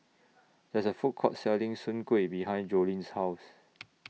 There IS A Food Court Selling Soon Kway behind Joleen's House